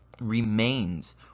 remains